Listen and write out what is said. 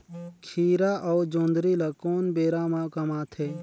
खीरा अउ जोंदरी ल कोन बेरा म कमाथे?